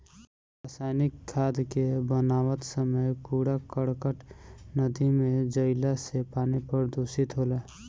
रासायनिक खाद के बनावत समय कूड़ा करकट नदी में जईला से पानी प्रदूषित होला